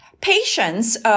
patients